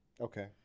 Okay